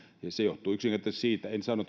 ja se johtuu yksinkertaisesti siitä en sano